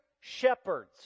shepherds